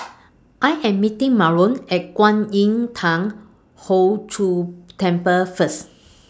I Am meeting Marlon At Kwan Im Thong Hood Cho Temple First